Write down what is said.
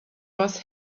was